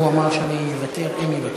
הוא אמר, שאני אוותר הם יוותרו.